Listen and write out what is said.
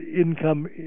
income